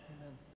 Amen